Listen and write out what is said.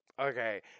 okay